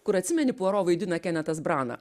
kur atsimeni puaro vaidina kenetas brana